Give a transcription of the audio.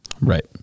Right